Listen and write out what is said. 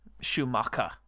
Schumacher